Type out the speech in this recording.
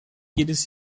jedes